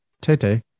Tete